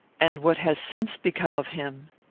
and what has since become of him?